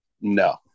No